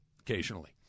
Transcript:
occasionally